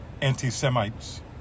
anti-Semites